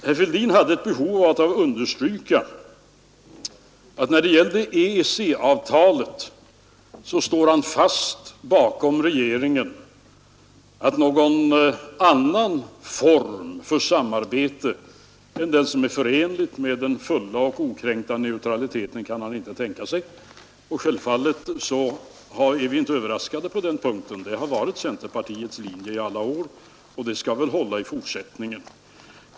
Herr Fälldin hade ett behov av att understryka att han när det gäller EEC-avtalet står fast vid att han inte kan tänka sig någon annan form av samarbete än den som är förenlig med den fulla och oinskränkta neutraliteten. Vi är självfallet inte överraskade på den punkten; det har varit centerpartiets linje i alla år, och det skall väl hålla också i fortsättningen.